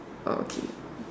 okay